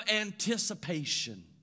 anticipation